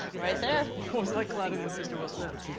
right there. what was it like collabing with mr. will smith?